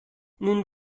nun